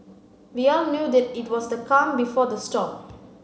we all knew that it was the calm before the storm